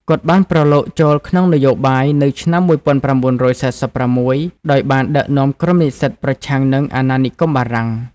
គាត់ បានប្រឡូកចូលក្នុងនយោបាយ នៅឆ្នាំ១៩៤៦ ដោយបានដឹកនាំក្រុមនិស្សិតប្រឆាំងនឹងអាណានិគមបារាំង។